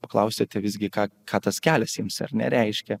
paklausėte visgi ką ką tas kelias jiems ar ne reiškia